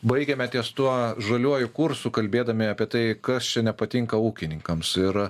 baigiame ties tuo žaliuoju kursu kalbėdami apie tai kas čia nepatinka ūkininkams ir